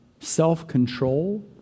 Self-control